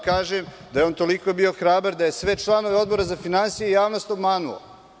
Kažem vam da je on toliko bio hrabar da je sve članove Odbora za finansije i javnost obmanuo.